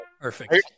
Perfect